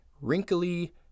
wrinkly